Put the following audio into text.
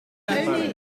tony